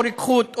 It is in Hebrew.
או רוקחות,